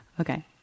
Okay